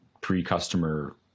pre-customer